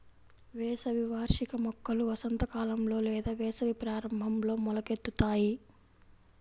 వేసవి వార్షిక మొక్కలు వసంతకాలంలో లేదా వేసవి ప్రారంభంలో మొలకెత్తుతాయి